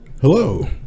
Hello